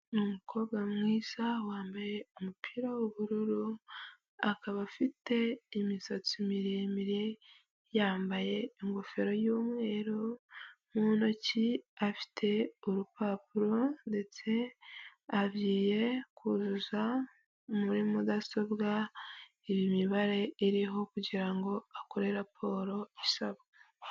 Umukobwa mwiza wambaye umupira w'ubururu, akaba afite imisatsi miremire, yambaye ingofero y'umweru, mu ntoki afite urupapuro ndetse agiye kuzuza muri mudasobwa imibare iriho kugira ngo akore raporo isabwa.